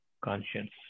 conscience